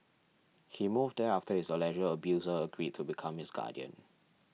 he moved there after his alleged abuser agreed to become his guardian